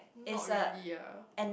not really ah